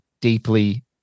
deeply